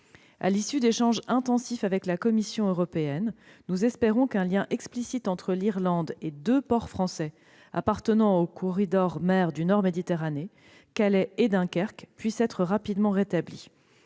À l'issue d'échanges intensifs avec la Commission européenne, nous espérons qu'un lien explicite entre l'Irlande et deux ports français appartenant au corridor mer du Nord-Méditerranée- Calais et Dunkerque -pourra être rapidement rétabli.